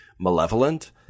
malevolent